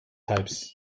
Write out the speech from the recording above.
types